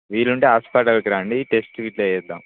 వీలు ఉంటే హాస్పిటల్కి రండి టెస్ట్ గిట్లా చేద్దాము